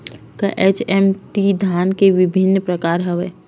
का एच.एम.टी धान के विभिन्र प्रकार हवय?